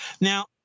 Now